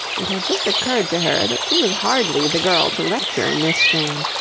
it had just occurred to her that she was hardly the girl to lecture in this strain.